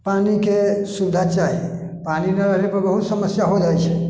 पानि के सुविधा चाही पानि नहि रहले पर बहुत समस्या हो जाइ छै